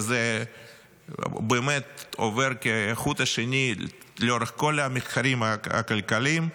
וזה באמת עובר כחוט השני לאורך כל המחקרים הכלכליים,